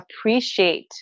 appreciate